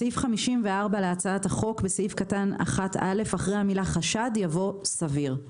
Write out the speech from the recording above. בסעיף 54 להצעת החוק בסעיף קטן (1א) אחרי המילה חשד יבוא סביר.